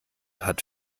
hat